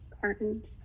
cartons